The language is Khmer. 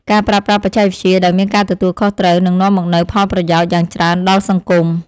ការប្រើប្រាស់បច្ចេកវិទ្យាដោយមានការទទួលខុសត្រូវនឹងនាំមកនូវផលប្រយោជន៍យ៉ាងច្រើនដល់សង្គម។